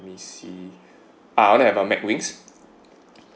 let me see ah I wanna have a mac wings